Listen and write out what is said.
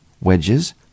wedges